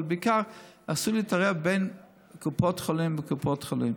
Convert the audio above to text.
אבל בעיקר אסור לי להתערב בין קופות חולים לקופות חולים.